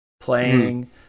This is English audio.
playing